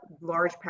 large